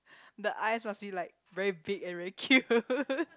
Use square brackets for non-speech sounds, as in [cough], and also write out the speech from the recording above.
the eyes must be like very big and very cute [laughs]